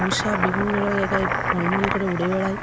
মশা বিভিন্ন জায়গায় ভনভন করে উড়ে বেড়ায়